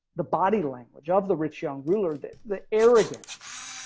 the body language of the rich young ruler that the arrogance.